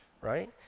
Right